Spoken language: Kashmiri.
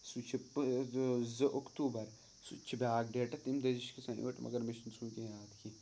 سُہ چھِ زٕ اکتوٗبَر سُہ تہِ چھِ بیٛاکھ ڈیٹہ تَمہِ دۄہ تہِ چھِ کھَسان مگر مےٚ چھُنہٕ سُہ وٕنۍکٮ۪ن یاد کینٛہہ